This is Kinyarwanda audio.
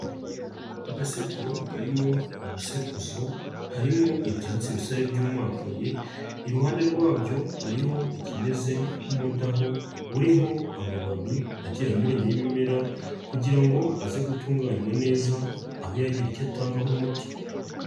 Agasekuro karimo umusekuzo, harimo ibyatsi bisa n'ibyumakaye, iruhande rwabyo hariho ikimeze nk'umudaho uriho amababi agiye anyuranye y'ibimera kugira ngo aze gutunganywa neza abe yagira icyo atanga nk'umuti.